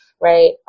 right